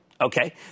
Okay